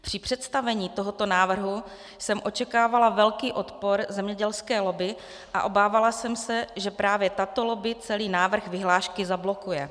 Při představení tohoto návrhu jsem očekávala velký odpor zemědělské lobby a obávala jsem se, že právě tato lobby celý návrh vyhlášky zablokuje.